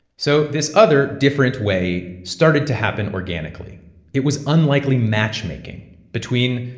so this other different way started to happen organically it was unlikely matchmaking between,